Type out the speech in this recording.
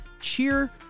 cheer